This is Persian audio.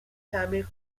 تعمیر